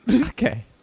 Okay